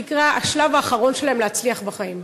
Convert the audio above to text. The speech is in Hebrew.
מה שנקרא, השלב האחרון שלהם להצליח בחיים.